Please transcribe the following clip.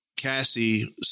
Cassie